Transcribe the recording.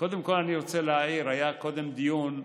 קודם כול אני רוצה להעיר, היה קודם דיון.